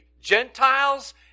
Gentiles